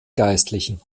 geistlichen